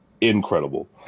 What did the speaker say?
incredible